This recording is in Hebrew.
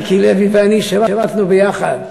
מיקי לוי ואני שירתנו ביחד